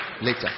Later